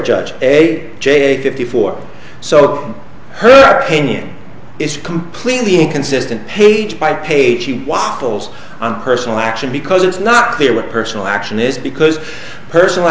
judge a j fifty four so her opinion is completely inconsistent page by page waffles on personal action because it's not clear what personal action is because personal